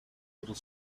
little